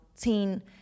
teen